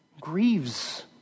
grieves